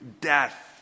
death